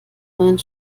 mein